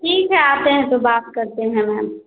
ठीक है आते हैं तो बात करते हैं मैम